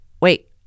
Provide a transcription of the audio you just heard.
wait